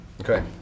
Okay